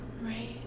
right